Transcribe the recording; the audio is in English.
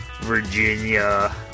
Virginia